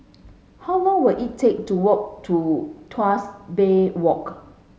how long will it take to walk to Tuas Bay Walk